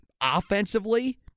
offensively